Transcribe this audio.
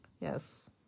Yes